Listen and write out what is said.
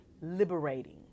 liberating